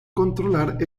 controlar